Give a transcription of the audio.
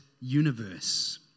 universe